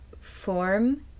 form